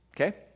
okay